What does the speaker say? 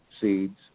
seeds